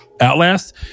Outlast